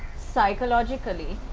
psychologically.